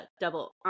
double